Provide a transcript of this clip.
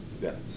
Yes